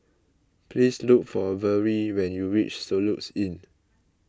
please look for Vertie when you reach Soluxe Inn